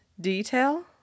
detail